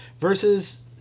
versus